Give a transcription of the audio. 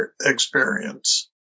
experience